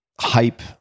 hype